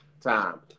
time